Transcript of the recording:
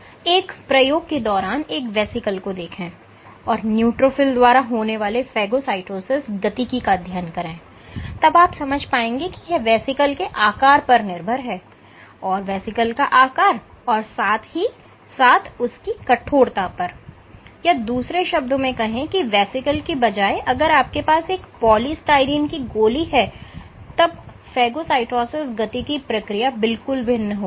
एक प्रयोग के दौरान एक वेसिकल को देखें और न्यूट्रोफिल द्वारा होने वाले फेगोसाइटोसिस गतिकी का अध्ययन करें तब आप समझ पाएंगे कि यह वेसिकल के आकार पर निर्भर है और वेसिकल का आकार और साथ ही साथ उसकी कठोरता पर या दूसरे शब्दों में कहें की वेसिकल की बजाए अगर आपके पास एक पॉलीस्टाइरीन की गोली है तब फेगोसाइटोसिस गतिकी प्रक्रिया बिल्कुल भिन्न होगी